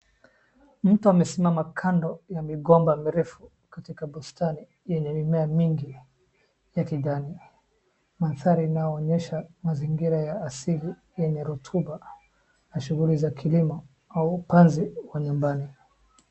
Mtu amesimama kando ya migomba mirefu katika bustani yenye mimea mingi ya kijani. Mandhari inayoonyesha mazingira ya asili yenye rotuba na shughuli za kilimo au upanzi wa nyumbani.